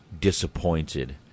disappointed